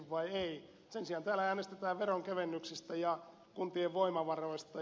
sen sijaan täällä äänestetään veronkevennyksistä ja kuntien voimavaroista